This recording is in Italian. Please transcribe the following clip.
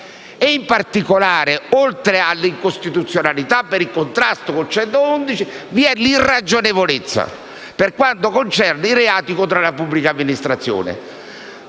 definitiva. Oltre all'incostituzionalità per il contrasto con l'articolo 111, vi è l'irragionevolezza per quanto concerne i reati contro la pubblica amministrazione.